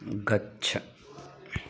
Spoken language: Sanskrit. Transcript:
गच्छ